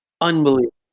unbelievable